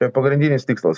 tai pagrindinis tikslas